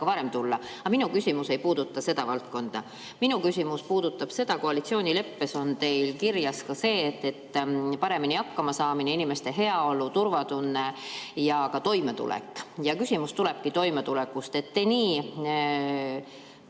varem tulla. Aga minu küsimus ei puuduta seda valdkonda. Minu küsimus puudutab seda, et koalitsioonileppes on teil kirjas ka [inimeste] paremini hakkama saamine ja heaolu, turvatunne ja toimetulek. Ja küsimus tulebki toimetulekust. Te nii